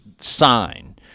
sign